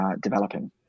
developing